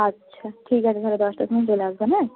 আচ্ছা ঠিক আছে তাহলে দশটার সময় চলে আসবেন হ্যাঁ